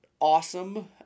awesome